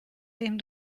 dem